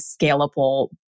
scalable